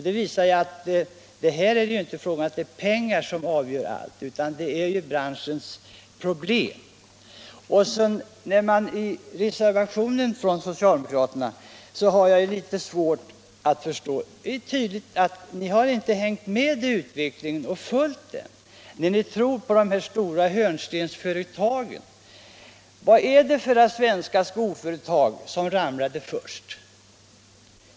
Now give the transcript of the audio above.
Det visar att det inte är pengar som är det avgörande utan att det finns andra problem. Reservationen från socialdemokraterna visar tydligt att de inte har följt med i utvecklingen. De tror på dessa stora hörnstensföretag. Vilka svenska skoföretag var det som ramlade först?